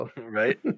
Right